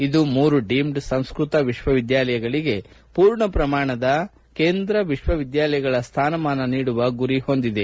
ಇದು ಮೂರು ಡೀಮ್ಡ್ ಸಂಸ್ಕೃತ ವಿಕ್ವವಿದ್ಯಾಲಯಗಳಿಗೆ ಪೂರ್ಣ ಶ್ರಮಾಣದ ಕೇಂದ್ರ ವಿಕ್ವವಿದ್ಯಾಲಯಗಳ ಸ್ವಾನಮಾನ ನೀಡುವ ಗುರಿ ಹೊಂದಿದೆ